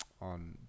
on